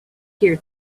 here